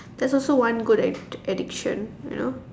that's also one good ad~ addiction you know